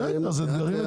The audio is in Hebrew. בסדר, אתגרים.